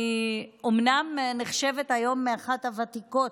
אומנם אני נחשבת היום אחת הוותיקות